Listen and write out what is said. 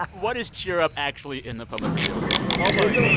what is cheer up! actually in the public radio world? um ah wait.